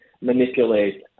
manipulate